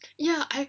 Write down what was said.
ya I